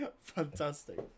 fantastic